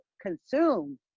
consumed